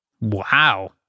Wow